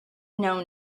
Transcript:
know